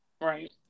Right